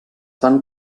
van